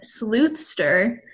Sleuthster